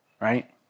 Right